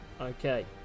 okay